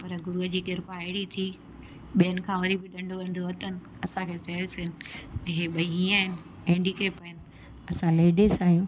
पर गुरूअ जी कृपा अहिड़ी थी ॿियनि खां वरी बि ॾंढ वंढ वरतन असांखे चयोसेन इहे ॿई हीअं आहिनि हेंडीकेप आहिनि असां लेडिस आहियूं